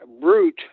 brute